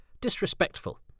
disrespectful